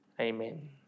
Amen